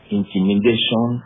intimidation